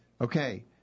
Okay